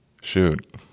shoot